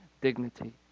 dignity